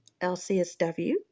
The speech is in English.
LCSW